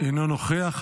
אינו נוכח.